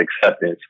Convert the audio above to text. acceptance